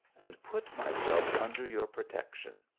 and put myself under your protection.